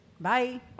Bye